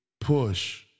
push